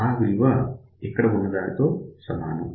ఆ విలువ ఇక్కడ ఉన్న దానితో సమానం